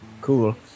cool